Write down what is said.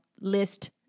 list